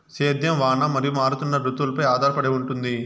సేద్యం వాన మరియు మారుతున్న రుతువులపై ఆధారపడి ఉంటుంది